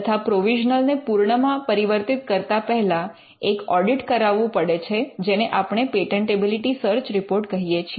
તથા પ્રોવિઝનલ ને પૂર્ણ માં પરિવર્તિત કરતા પહેલા એક ઑડિટ કરાવવું પડે છે જેને આપણે પેટન્ટેબિલિટી સર્ચ રિપોર્ટ કહીએ છીએ